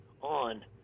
on